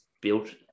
built